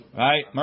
right